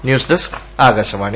news desk Akashvani